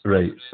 Right